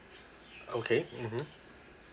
okay mmhmm